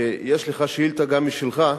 שיש לך גם שאילתא משלך,